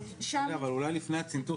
אבל אולי לפני הצנתור,